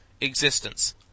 existence